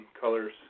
colors